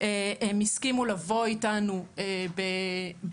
הם הסכימו לבוא איתנו בהתקשרות.